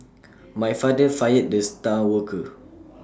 my father fired the star worker